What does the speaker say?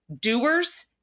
doers